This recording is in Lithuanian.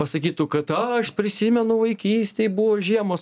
pasakytų kad aš prisimenu vaikystėj buvo žiemos